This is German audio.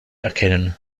erkennen